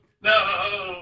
no